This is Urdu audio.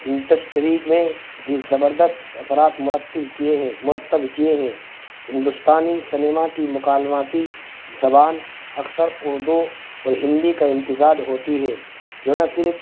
انڈشٹری میں بھی زبردست اثرات مرتب کیے ہیں مرتب کیے ہیں ہندوستانی سنیما کی مکالماتی زبان اکثر اردو اور ہندی کا امتزاج ہوتی ہے جو نہ صرف